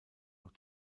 noch